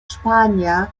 spanier